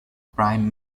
prime